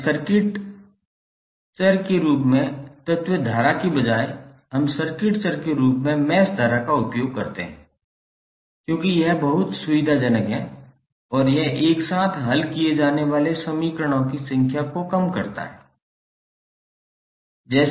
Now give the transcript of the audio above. अब सर्किट चर के रूप में तत्व धारा के बजाय हम सर्किट चर के रूप में मैश धारा का उपयोग करते हैं क्योंकि यह बहुत सुविधाजनक है और यह एक साथ हल किए जाने वाले समीकरणों की संख्या को कम करता है